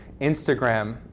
Instagram